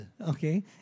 okay